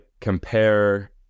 compare